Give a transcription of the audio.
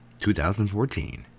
2014